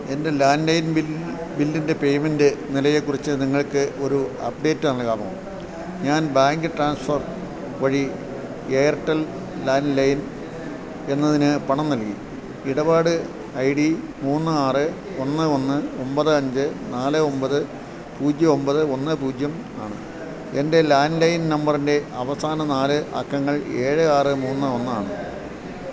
എൻ്റെ landline bill ബില്ലിൻ്റെ payment നിലയെക്കുറിച്ച് നിങ്ങൾക്ക് ഒരു അപ്ഡേറ്റ് നൽകാമോ ഞാൻ ബാങ്ക് ട്രാൻസ്ഫർ വഴി എയർടെൽ ലാൻറ്റ് ലൈൻ എന്നതിന് പണം നൽകി ഇടപാട് ഐ ഡി മൂന്ന് ആറ് ഒന്ന് ഒന്ന് ഒൻപത് അഞ്ച് നാല് ഒൻപത് പൂജ്യം ഒൻപത് ഒന്ന് പൂജ്യം ആണ് എൻ്റെ ലാൻറ്റ് ലൈൻ നമ്പറിൻ്റെ അവസാന നാല് അക്കങ്ങൾ ഏഴ് ആറ് മൂന്ന് ഒന്നാണ്